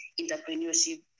entrepreneurship